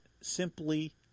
simply